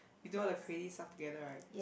we do the crazy stuff together right